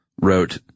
Wrote